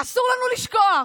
אסור לנו לשכוח.